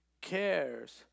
cares